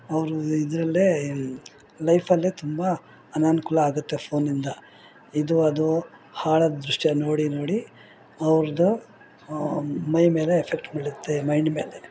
ಅವರ ಇದ್ರಲ್ಲೇ ಲೈಫಲ್ಲೇ ತುಂಬ ಅನಾನುಕೂಲ ಆಗುತ್ತೆ ಫೋನಿಂದ ಇದು ಅದು ಹಾಳಾದ ದೃಶ್ಯ ನೋಡಿ ನೋಡಿ ಅವ್ರದ್ದು ಮೈ ಮೇಲೆ ಎಫೆಕ್ಟ್ ಬೀಳುತ್ತೆ ಮೈಂಡ್ ಮೇಲೆ